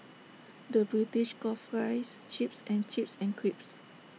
the British calls Fries Chips and chips and crisps